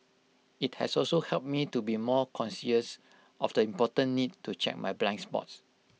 IT has also helped me to be more conscious of the important need to check my blind spots